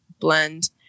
blend